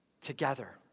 together